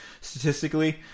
statistically